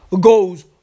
goes